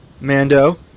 Mando